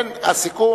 הסיכום